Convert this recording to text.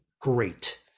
great